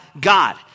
God